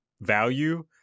value